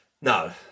No